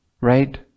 right